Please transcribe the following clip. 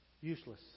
useless